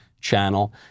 channel